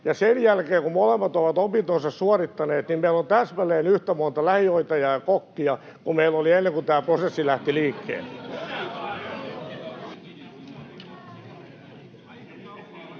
ja sen jälkeen kun molemmat ovat opintonsa suorittaneet, niin meillä on täsmälleen yhtä monta lähihoitajaa ja kokkia kuin meillä oli ennen kuin tämä prosessi lähti liikkeelle.